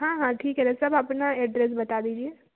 हाँ हाँ ठीक है ना सब अपना एड्रेस बता दीजिए